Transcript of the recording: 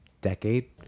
decade